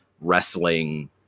wrestling